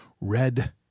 red